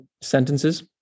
sentences